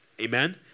amen